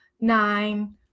nine